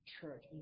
church